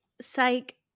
psych